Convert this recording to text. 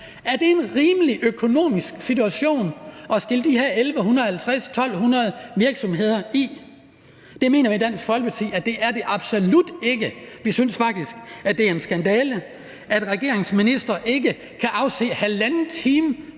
Er det en rimelig økonomisk situation at stille de her 1.150-1.200 virksomheder i? Det mener vi i Dansk Folkeparti at det absolut ikke er. Vi synes faktisk, det er en skandale, at regeringens ministre ikke kan afse halvanden time